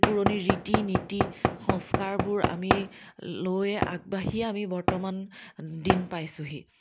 পুৰণি ৰীতি নীতি সংস্কাৰবোৰ আমি লৈ আগবাঢ়ি আমি বৰ্তমান দিন পাইছোঁহি